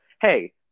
hey